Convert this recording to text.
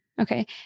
Okay